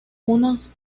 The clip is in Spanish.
unos